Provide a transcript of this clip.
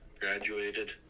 graduated